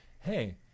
hey